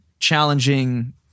challenging